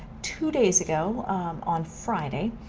two days ago on friday